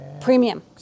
premium